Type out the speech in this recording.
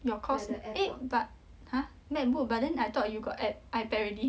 ya cause eh but !huh! macbook but then I thought you got an ipad already